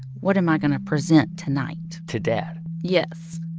what am i going to present tonight? to dad yes.